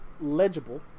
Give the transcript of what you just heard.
legible